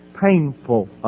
painful